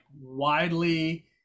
widely